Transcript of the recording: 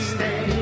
Stay